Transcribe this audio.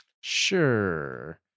Sure